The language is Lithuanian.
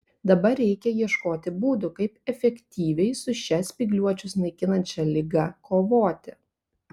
dabar reikia ieškoti būdų kaip efektyviai su šia spygliuočius naikinančia liga kovoti